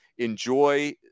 Enjoy